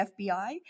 FBI